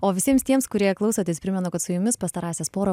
o visiems tiems kurie klausotės primenu kad su jumis pastarąsias porą